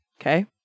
Okay